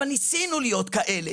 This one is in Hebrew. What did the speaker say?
אבל ניסינו להיות כאלה.